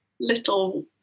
little